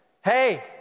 hey